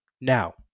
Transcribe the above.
Now